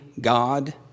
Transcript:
God